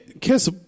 Kiss